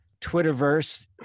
Twitterverse